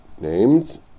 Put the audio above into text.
Named